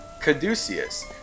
Caduceus